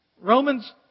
Romans